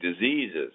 diseases